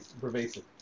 pervasive